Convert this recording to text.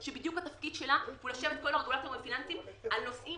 שהתפקיד שלה הוא בדיוק לשבת עם כל הרגולטורים הפיננסיים על נושאים